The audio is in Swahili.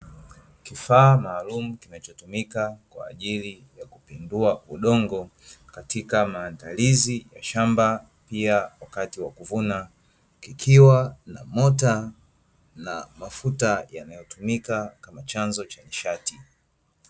Kifaa maalumu kinachotumika kwa ajili ya kupindua udongo katika maandalizi ya shamba, pia wakati wa kuvuna. Kikiwa na mota na mafuta yanayotumika kama chanzo cha nishati.